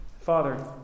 Father